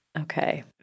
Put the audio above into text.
Okay